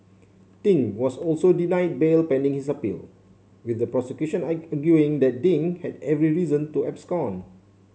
Ding was also denied bail pending his appeal with the prosecution arguing that Ding had every reason to abscond